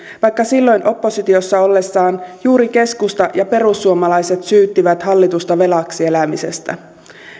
vaikka silloin oppositiossa ollessaan juuri keskusta ja perussuomalaiset syyttivät hallitusta velaksi elämisestä